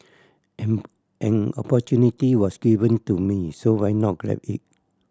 an an opportunity was given to me so why not grab it